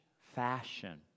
fashion